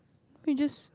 then you just